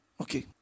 Okay